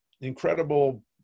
incredible